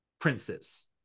princes